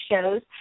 shows